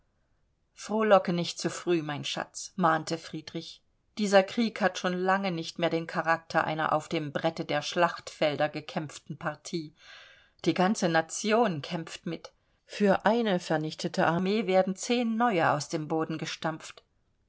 frohlocke nicht zu früh mein schatz mahnte friedrich dieser krieg hat schon lange nicht mehr den charakter einer auf dem brette der schlachtfelder gekämpften partie die ganze nation kämpft mit für eine vernichtete armee werden zehn neue aus dem boden gestampft